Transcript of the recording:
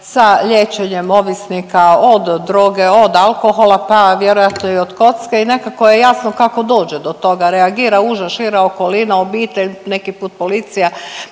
sa liječenjem ovisnika od droge, od alkohola, pa vjerojatno i od kocke i nekako je jasno kako dođe do toga, reagira uža, šira okolina, obitelj, neki put policija,